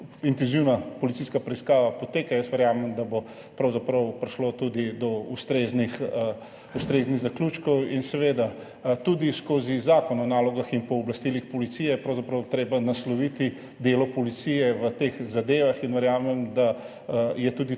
intenzivna policijska preiskava poteka, verjamem, da bo prišlo tudi do ustreznih zaključkov. Tudi skozi Zakon o nalogah in pooblastilih policije je pravzaprav treba nasloviti delo policije v teh zadevah. Verjamem, da je tudi